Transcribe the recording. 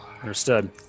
Understood